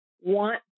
want